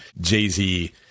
Jay-Z